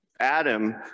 Adam